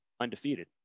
undefeated